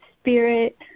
spirit